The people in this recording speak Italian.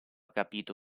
capito